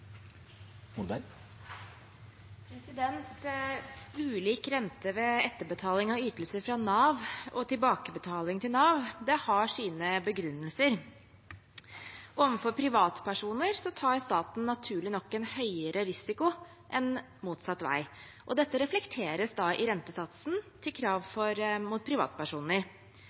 Ulik rente ved etterbetaling av ytelser fra Nav og tilbakebetaling til Nav har sine begrunnelser. Overfor privatpersoner tar staten naturlig nok en høyere risiko enn motsatt vei, og dette reflekteres da i rentesatsen for krav mot privatpersoner.